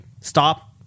stop